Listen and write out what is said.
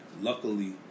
Luckily